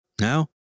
Now